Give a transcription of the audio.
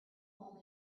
only